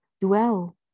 Dwell